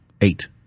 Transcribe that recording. eight